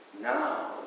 now